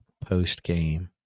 post-game